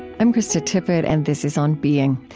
i'm krista tippett and this is on being.